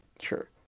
Sure